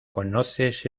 conoces